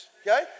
Okay